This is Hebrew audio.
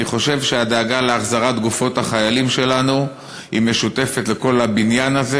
אני חושב שהדאגה להחזרת גופות החיילים שלנו משותפת לכל הבניין הזה,